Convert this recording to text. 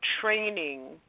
training